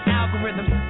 algorithms